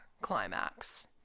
climax